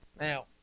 Now